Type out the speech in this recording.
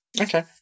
Okay